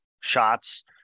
shots